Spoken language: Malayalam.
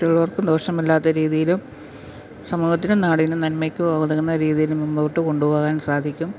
മറ്റുള്ളവർക്കും ദോഷമല്ലാത്ത രീതിയിലും സമൂഹത്തിനും നാടിനും നന്മക്കും ഒതുങ്ങുന്ന രീതിയിൽ മുമ്പോട്ട് കൊണ്ട് പോകാൻ സാധിക്കും